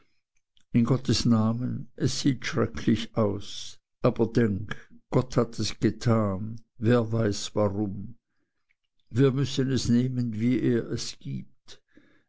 in gottes namen es sieht schrecklich aus aber denk gott hat es getan wer weiß warum wir müssen es nehmen wie er es gibt